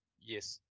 yes